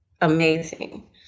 amazing